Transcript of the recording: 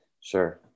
Sure